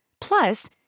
Plus